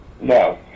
No